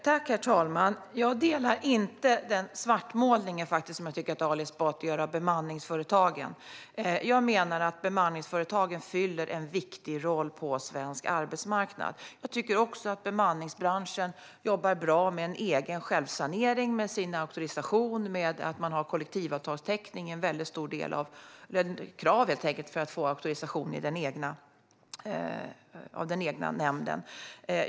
Herr talman! Jag håller inte med om den svartmålning som jag faktiskt tycker att Ali Esbati gör här av bemanningsföretagen. Jag menar att bemanningsföretagen fyller en viktig funktion på svensk arbetsmarknad. Jag tycker också att bemanningsbranschen jobbar bra med en egen självsanering, med sin auktorisation och med att man har kollektivavtalstäckning och krav på det för att få auktorisation av den egna nämnden.